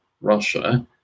Russia